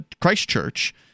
Christchurch